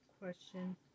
question